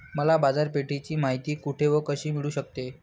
मला बाजारपेठेची माहिती कुठे व कशी मिळू शकते?